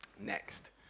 Next